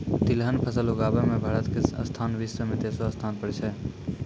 तिलहन फसल उगाबै मॅ भारत के स्थान विश्व मॅ तेसरो स्थान पर छै